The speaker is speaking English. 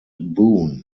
boone